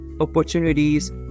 opportunities